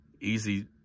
Easy